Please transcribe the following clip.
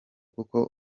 kuko